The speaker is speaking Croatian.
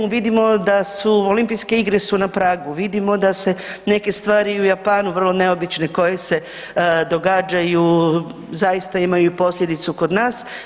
Vidimo da su Olimpijske igre su na pragu, vidimo da se neke stvari u Japanu vrlo neobične koje se događaju, zaista imaju posljedicu kod nas.